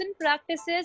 practices